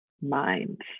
mind